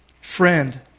Friend